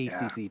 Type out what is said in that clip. ACC